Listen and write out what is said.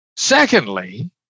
Secondly